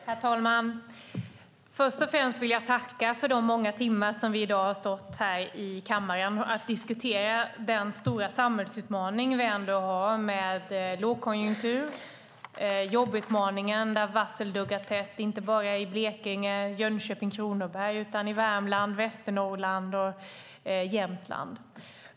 Herr talman! Först och främst vill jag tacka för de många timmar som vi i dag har stått här i kammaren och diskuterat den stora samhällsutmaning vi ändå har med lågkonjunktur och jobbutmaningen. Varslen duggar tätt inte bara i Blekinge, Jönköping och Kronoberg utan även i Värmland, Västernorrland och Jämtland.